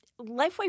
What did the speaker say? Lifeway